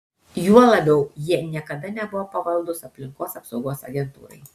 juo labiau jie niekada nebuvo pavaldūs aplinkos apsaugos agentūrai